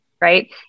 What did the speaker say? right